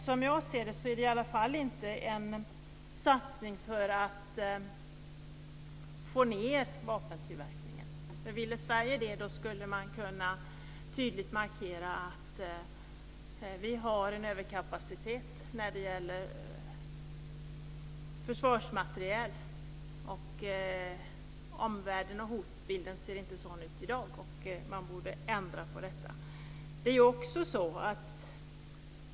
Som jag ser det är det i varje fall inte en satsning att få ned vapentillverkningen. Ville Sverige det skulle man tydligt kunna markera att vi har en överkapacitet när det gäller försvarsmateriel. Omvärlden och hotbilden ser inte ut sådan i dag att det behövs, och man borde ändra på detta.